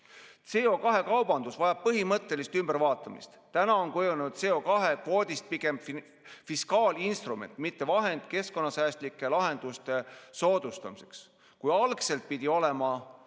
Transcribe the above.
tagasi. CO2‑kaubandus vajab põhimõttelist ümbervaatamist. Täna on kujunenud CO2‑kvoodist pigem fiskaalinstrument, mitte vahend keskkonnasäästlike lahenduste soodustamiseks. Kui algselt pidi olema